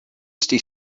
stie